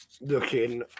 looking